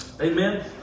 Amen